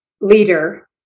leader